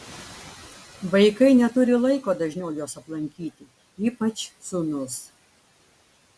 vaikai neturi laiko dažniau jos aplankyti ypač sūnus